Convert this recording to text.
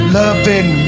loving